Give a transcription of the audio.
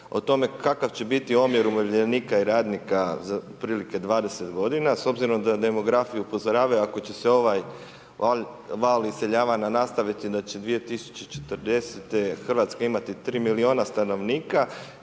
o tome kakav će biti omjer umirovljenika i radnika otprilike za 20g. s obzirom da demografiju upozoravaju ako će ovaj val iseljavanja nastaviti da će 2040. Hrvatska imati 3 milijuna stanovnika,